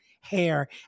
hair